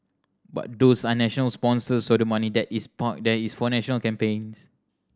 but those are national sponsors so the money that is parked there is for national campaigns